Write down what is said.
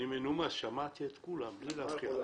אני מנומס, שמעתי את כולם בלי להפריע.